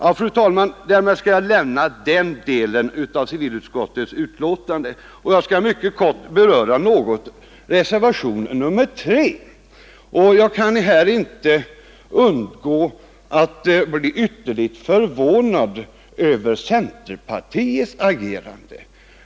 Därmed skall jag, fru talman, lämna den delen av civilutskottets betänkande och mycket kort beröra reservationen 3. Jag är ytterligt förvånad över centerpartiets agerande här.